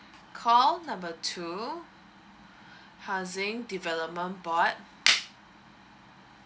call number two housing development board